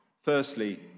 firstly